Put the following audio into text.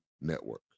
Network